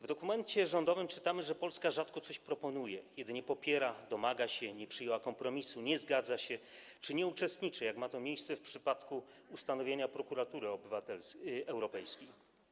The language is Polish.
W dokumencie rządowym czytamy, że Polska rzadko coś proponuje, jedynie popiera, domaga się, nie przyjmuje kompromisu, nie zgadza się czy nie uczestniczy, jak ma to miejsce w przypadku ustanowienia prokuratury europejskiej.